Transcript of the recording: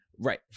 Right